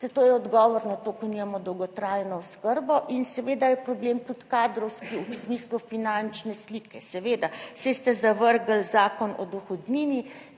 To je odgovor na to, ker nimamo dolgotrajno oskrbo in seveda je problem tudi kadrovski, v smislu finančne slike, seveda, saj ste zavrgli Zakon o dohodnini,